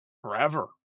forever